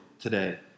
today